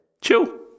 Chill